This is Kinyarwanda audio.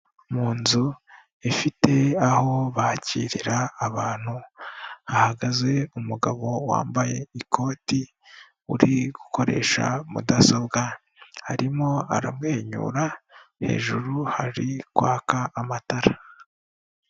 Mu nzu ifite aho bakirira abantu, hahagaze umugabo wambaye ikoti, uri gukoresha mudasobwa, arimo aramwenyura, hejuru hari kwaka amatara.